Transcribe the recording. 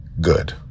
good